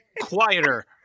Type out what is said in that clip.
quieter